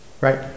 right